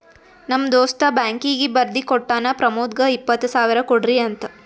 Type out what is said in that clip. ನಮ್ ದೋಸ್ತ ಬ್ಯಾಂಕೀಗಿ ಬರ್ದಿ ಕೋಟ್ಟಾನ್ ಪ್ರಮೋದ್ಗ ಇಪ್ಪತ್ ಸಾವಿರ ಕೊಡ್ರಿ ಅಂತ್